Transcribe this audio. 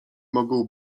mogą